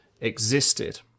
existed